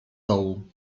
dołu